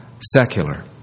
secular